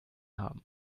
haben